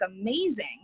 amazing